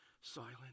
silent